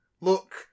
Look